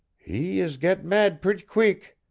he is get mad pret' queeck.